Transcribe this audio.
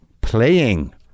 playing